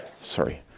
Sorry